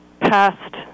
past